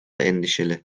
endişeli